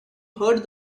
heard